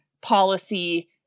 policy